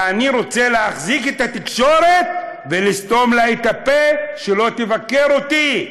ואני רוצה להחזיק את התקשורת ולסתום לה את הפה שלא תבקר אותי.